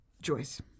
Joyce